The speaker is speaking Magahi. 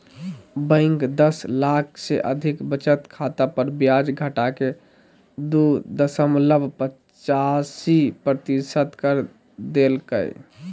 बैंक दस लाख से अधिक बचत खाता पर ब्याज घटाके दू दशमलब पचासी प्रतिशत कर देल कय